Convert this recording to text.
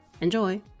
Enjoy